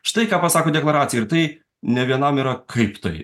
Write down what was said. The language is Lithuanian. štai ką pasako deklaracija ir tai ne vienam yra kaip tai